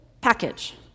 package